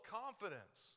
confidence